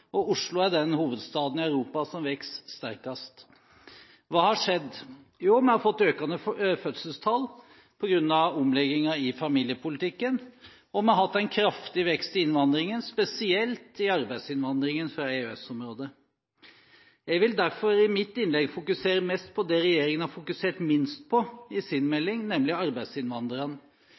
og Oslo er den hovedstaden i Europa som vokser sterkest. Hva har skjedd? Vi har fått økende fødselstall på grunn av omlegginger i familiepolitikken, og vi har hatt en kraftig vekst i innvandringen, spesielt i arbeidsinnvandringen fra EØS-området. Jeg vil derfor i mitt innlegg fokusere mest på det regjeringen har fokusert minst på i sin melding, nemlig arbeidsinnvandrerne.